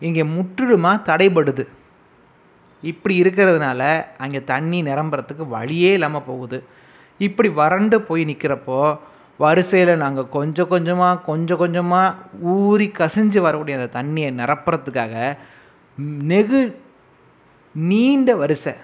இங்கே முற்றிலுமாக தடைபடுறது இப்படி இருக்கிறதுனால அங்கே தண்ணீர் நிரம்புவதற்கு வழியே இல்லாமல் போகுது இப்படி வறண்டு போய் நிற்கறப்போ வரிசையில் நாங்கள் கொஞ்சம் கொஞ்சமாக கொஞ்சம் கொஞ்சமாக ஊறி கசிஞ்சு வரக்கூடிய அந்த தண்ணீரை நிரப்புவதற்காக நெகு நீண்ட வரிச